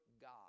God